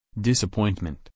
disappointment